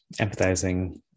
empathizing